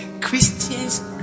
Christians